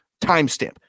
timestamp